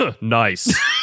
nice